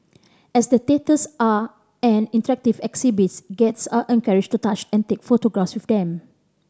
as the statues are an interactive exhibit guests are encouraged to touch and take photographs with them